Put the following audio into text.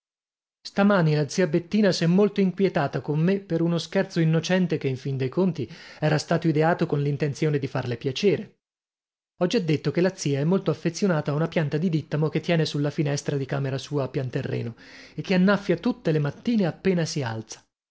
stamani la zia bettina s'è molto inquietata con me per uno scherzo innocente che in fin dei conti era stato ideato con l'intenzione di farle piacere ho già detto che la zia è molto affezionata a una pianta di dìttamo che tiene sulla finestra di camera sua a pianterreno e che annaffia tutte le mattine appena si alza